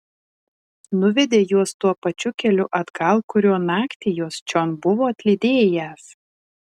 nuvedė juos tuo pačiu keliu atgal kuriuo naktį juos čion buvo atlydėjęs